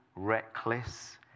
reckless